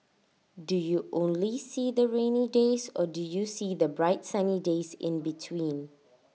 do you only see the rainy days or do you see the bright sunny days in between